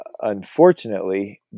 unfortunately